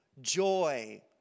joy